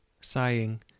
Sighing